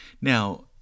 Now